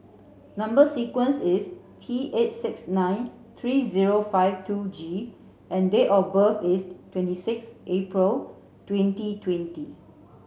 number sequence is T eight six nine three zero five two G and date of birth is twenty six April twenty twenty